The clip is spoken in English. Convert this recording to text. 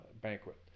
banquet